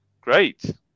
Great